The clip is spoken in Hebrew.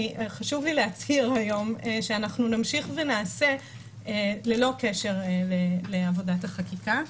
חשוב לי להצהיר היום שאנחנו נמשיך ונעשה ללא קשר לעבודת החקיקה.